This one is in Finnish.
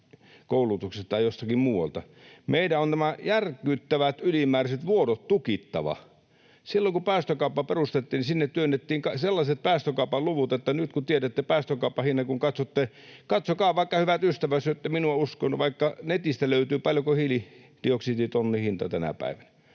Meidän on nämä järkyttävät ylimääräiset vuodot tukittava. Silloin kun päästökauppa perustettiin, sinne työnnettiin sellaiset päästökaupan luvut, että nyt kun tiedätte päästökauppahinnan, kun katsotte — katsokaa vaikka, hyvät ystävät, jos ette minua usko, vaikka netistä löytyy — paljonko on hiilidioksiditonnin hinta tänä päivänä.